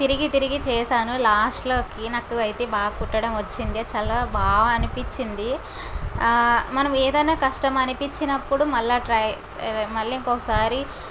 తిరిగి తిరిగి చేశాను లాస్ట్ లోకి నాకు అయితే బాగ కుట్టడం వచ్చింది అది చాల బా అనిపించింది ఆ మనం ఏదైనా కష్టం అనిపించినప్పుడు మల్ల ట్రై మళ్లీ ఇంకోక సారి